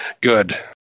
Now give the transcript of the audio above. Good